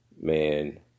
man